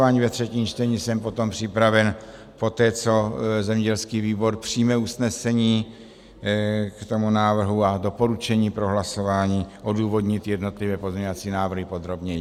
Při hlasování ve třetím čtení jsem potom připraven, poté co zemědělský výbor přijme usnesení k tomu návrhu a doporučení pro hlasování, odůvodnit jednotlivé pozměňovací návrhy podrobněji.